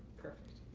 perfect.